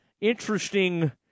interesting